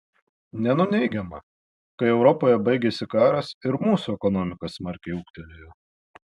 nenuneigiama kai europoje baigėsi karas ir mūsų ekonomika smarkiai ūgtelėjo